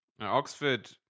Oxford